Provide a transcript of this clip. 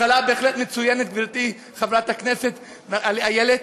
התחלה בהחלט מצוינת, גברתי חברת הכנסת איילת,